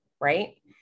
right